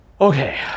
okay